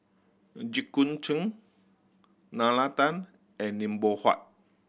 Jit Koon Ch'ng Nalla Tan and Lim Loh Huat